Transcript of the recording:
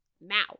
now